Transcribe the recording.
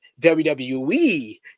WWE